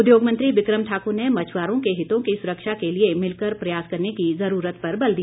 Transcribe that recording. उद्योग मंत्री बिकम ठाक्र ने मछ्आरों के हितों की सुरक्षा के लिए मिलकर प्रयास करने की ज़रूरत पर बल दिया